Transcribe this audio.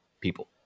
people